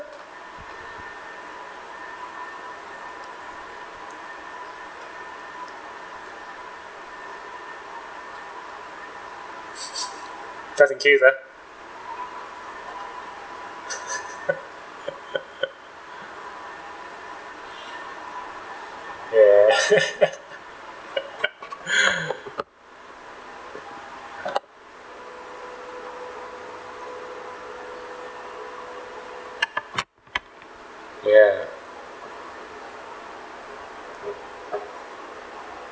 just in case uh ya ya